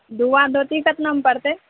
धोआ धोती केतनामे पड़तै